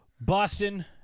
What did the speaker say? Boston